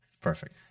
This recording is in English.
Perfect